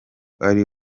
ari